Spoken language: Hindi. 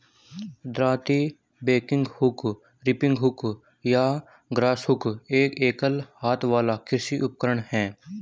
दरांती, बैगिंग हुक, रीपिंग हुक या ग्रासहुक एक एकल हाथ वाला कृषि उपकरण है